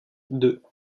deux